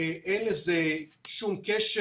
אין לזה שום קשר.